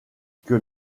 que